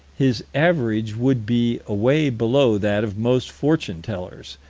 his average would be away below that of most fortune-tellers,